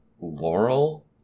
Laurel